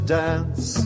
dance